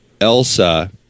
Elsa